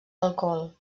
alcohol